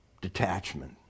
detachment